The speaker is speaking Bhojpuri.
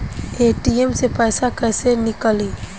ए.टी.एम से पैसा कैसे नीकली?